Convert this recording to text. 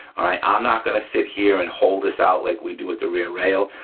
ah i'm not gonna sit here and hold this out like we do with the rear rail,